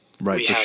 right